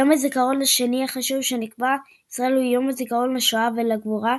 יום הזיכרון השני החשוב שקבעה ישראל הוא יום הזיכרון לשואה ולגבורה,